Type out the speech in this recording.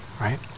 Right